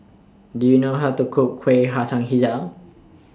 Do YOU know How to Cook Kuih Hijau